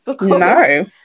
No